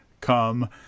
come